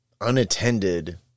unattended